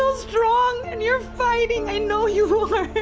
so strong and you're fighting i know you are.